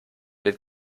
wird